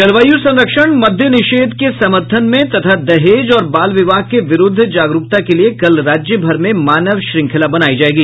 जलवायू संरक्षण मद्य निषेद्य के समर्थन में तथा दहेज और बाल विवाह के विरूद्ध जागरूकता के लिए कल राज्यभर में मानव श्रृंखला बनायी जायेगी